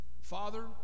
Father